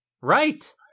Right